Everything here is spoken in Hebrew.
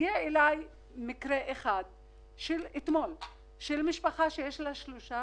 הגיע אלי מקרה של משפחה שיש לה שלושה